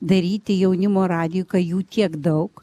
daryti jaunimo radiju kai jų tiek daug